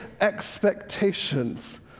expectations